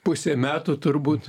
pusė metų turbūt